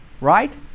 Right